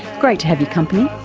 great to have your company,